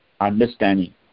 understanding